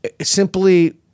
Simply